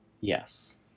Yes